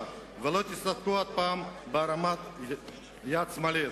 ולא תסתפקו עוד פעם בהרמת יד סמלית.